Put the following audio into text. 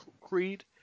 Creed